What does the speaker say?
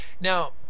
now